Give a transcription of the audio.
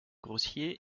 grossier